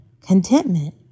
contentment